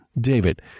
David